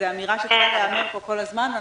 אמירה שצריכה להיאמר כאן כל הזמן.